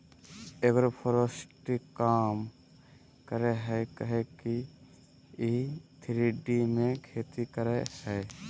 agroforestry काम करेय हइ काहे कि इ थ्री डी में खेती करेय हइ